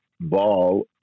ball